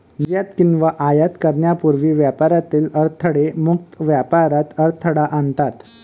निर्यात किंवा आयात करण्यापूर्वी व्यापारातील अडथळे मुक्त व्यापारात अडथळा आणतात